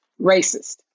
racist